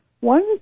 One